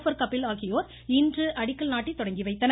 per Kapil ஆகியோர் இன்று அடிக்கல் நாட்டி தொடங்கி வைத்தனர்